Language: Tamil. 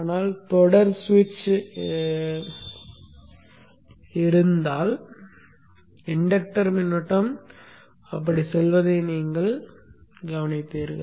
ஆனால் தொடர் சுவிட்ச் தடுக்கப்பட்டால் இன்டக்டர்கள் மின்னோட்டம் அப்படி செல்வதை நீங்கள் காண்பீர்கள்